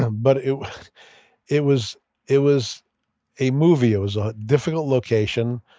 um but it was it was it was a movie, it was a difficult location,